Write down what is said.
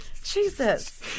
Jesus